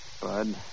Bud